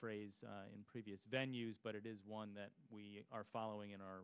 phrase in previous venue's but it is one that we are following in our